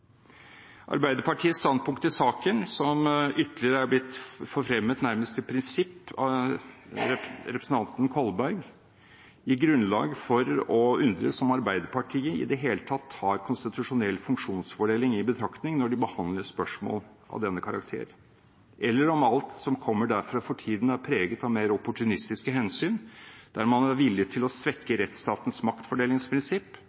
Arbeiderpartiets standpunkt i saken, som ytterligere er blitt forfremmet nærmest til prinsipp av representanten Kolberg, gir grunnlag for å undres over om Arbeiderpartiet i det hele tatt tar konstitusjonell funksjonsfordeling i betraktning når de behandler spørsmål av denne karakter, eller om alt som kommer derfra for tiden er preget av mer opportunistiske hensyn, der man er villig til å svekke